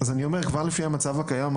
כבר לפי המצב הקיים,